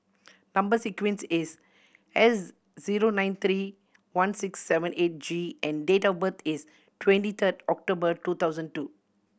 number sequence is S zero nine three one six seven eight G and date of birth is twenty third October two thousand two